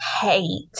hate